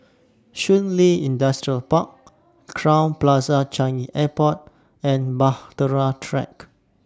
Shun Li Industrial Park Crowne Plaza Changi Airport and Bahtera Track